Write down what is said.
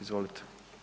Izvolite.